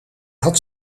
had